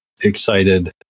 excited